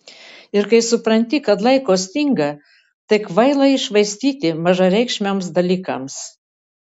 ir kai supranti kad laiko stinga tai kvaila jį švaistyti mažareikšmiams dalykams